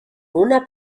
una